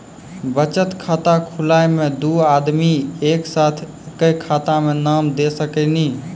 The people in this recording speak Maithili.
बचत खाता खुलाए मे दू आदमी एक साथ एके खाता मे नाम दे सकी नी?